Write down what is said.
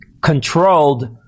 controlled